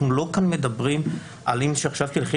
אנחנו לא מדברים כאן על מקרה שאת הולכת